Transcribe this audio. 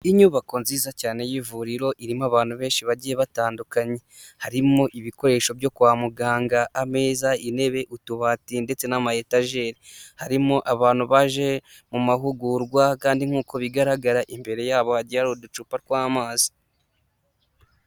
Inyubako nziza cyane y'ivuriro irimo abantu benshi bagiye batandukanye harimo ibikoresho byo kwa muganga: ameza, intebe, utubati ndetse n'ama etajeri harimo abantu baje mu mahugurwa kandi nk'uko bigaragara imbere yabo hari n'uducupa tw'amazi.